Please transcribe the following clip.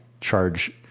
charge